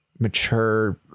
mature